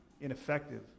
ineffective